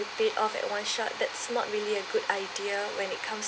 you pay off at one shot that's not really a good idea when it comes